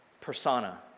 persona